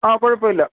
ആ കുഴപ്പമില്ല